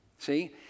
See